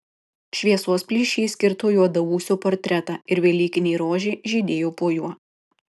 šviesos plyšys kirto juodaūsio portretą ir velykinė rožė žydėjo po juo